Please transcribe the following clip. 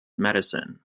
medicine